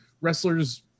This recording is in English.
wrestlers